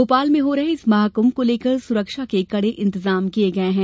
भोपाल में हो रहे इस महाकुंभ को लेकर सुरक्षा के कड़े इंतजाम किये गये हैं